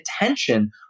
attention